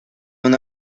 una